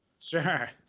Sure